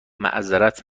معذرت